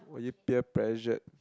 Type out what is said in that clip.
oh you peer pressured